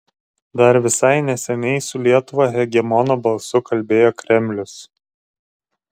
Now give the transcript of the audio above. dar visai neseniai su lietuva hegemono balsu kalbėjo kremlius